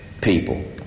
people